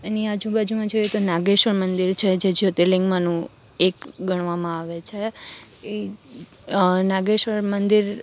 એની આજુબાજુમાં જોઈએ તો નાગેશ્વર મંદિર છે જે જ્યોર્તિલિંગ માંનું એક ગણવામાં આવે છે ઈ નાગેશ્વર મંદિર